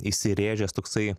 įsirėžęs toksai